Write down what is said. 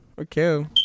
Okay